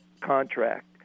contract